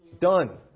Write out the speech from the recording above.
Done